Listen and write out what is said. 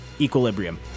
equilibrium